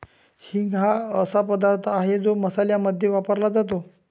हिंग हा असा पदार्थ आहे जो मसाल्यांमध्ये वापरला जातो